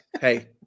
Hey